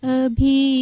abhi